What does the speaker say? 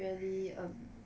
really um